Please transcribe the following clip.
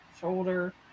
shoulder